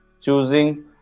choosing